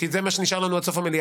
שאילתות דחופות.